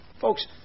Folks